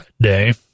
Day